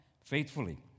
faithfully